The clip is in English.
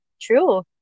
true